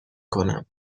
کنم